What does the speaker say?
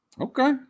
Okay